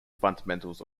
fundamentals